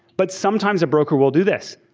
but sometimes a broker will do this.